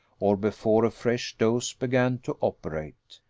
or before a fresh dose began to operate.